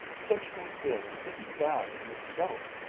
sensual feeling isn't bad in itself.